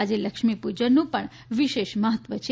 આજે લક્ષ્મી પૂજનનું પણ વિશેષ મહત્વ છે